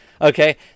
Okay